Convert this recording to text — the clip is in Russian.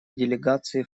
делегации